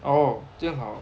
哦这样好